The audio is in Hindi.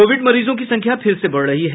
कोविड मरीजों की संख्या फिर से बढ़ रही है